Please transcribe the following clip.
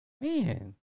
Man